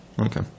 okay